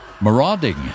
marauding